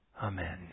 Amen